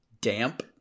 Damp